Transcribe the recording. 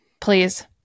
Please